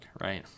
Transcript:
right